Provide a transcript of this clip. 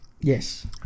Yes